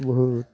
बहुत